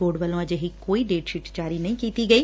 board ਵੱਲੋਂ ਅਜਿਹੀ ਕੋਈ ਡੇਟਸ਼ੀਟ ਜਾਰੀ ਨਹੀਂ ਕੀਤੀ ਗਈ